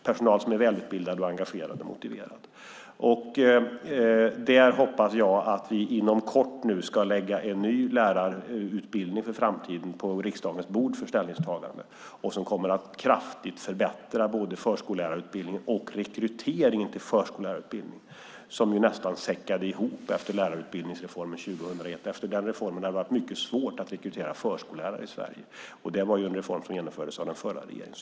Jag hoppas att vi inom kort ska lägga fram ett förslag till en ny lärarutbildning för framtiden på riksdagens bord för ställningstagande, som kraftigt kommer att förbättra både förskollärarutbildningen och rekryteringen till förskollärarutbildningen vilken ju nästan säckade ihop efter lärarutbildningsreformen 2001. Efter den reformen har det varit mycket svårt att rekrytera förskollärare i Sverige, och det var ju en reform som genomfördes av den förra regeringen.